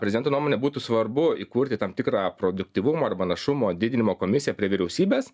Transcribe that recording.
prezento nuomone būtų svarbu įkurti tam tikrą produktyvumo arba našumo didinimo komisiją prie vyriausybės